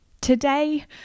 today